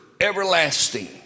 everlasting